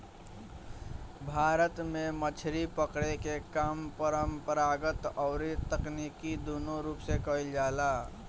भारत में मछरी पकड़े के काम परंपरागत अउरी तकनीकी दूनो रूप से कईल जाला